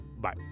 bye